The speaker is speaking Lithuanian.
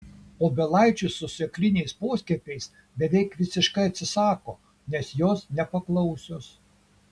obelaičių su sėkliniais poskiepiais beveik visiškai atsisako nes jos nepaklausios